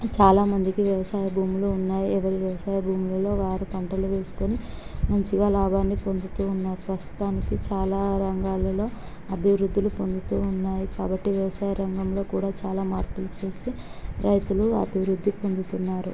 చాలా మందికి వ్యవసాయ భూములు ఉన్నాయి ఎవరి వ్యవసాయ భూములలో వారు పంటలు వేసుకుని మంచిగా లాభాన్ని పొందుతూ ఉన్నారు ప్రస్తుతానికి చాలా రంగాలలో అభివృద్దులు పొందుతూ ఉన్నాయి కాబట్టి వ్యవసాయ రంగంలో కూడా చాలా మార్పులు చేసి రైతులు అభివృద్ధి పొందుతున్నారు